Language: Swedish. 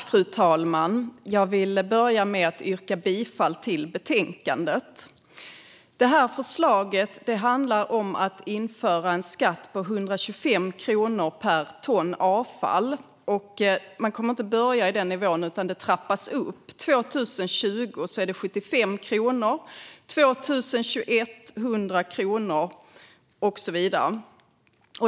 Fru talman! Jag vill börja med att yrka bifall till utskottets förslag i betänkandet. Detta förslag handlar om att införa en skatt på 125 kronor per ton avfall. Man kommer inte att börja på den nivån, utan det trappas upp. År 2020 är det 75 kronor, 2021 är det 100 kronor och så vidare.